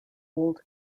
old